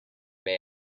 bay